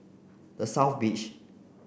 the South Beach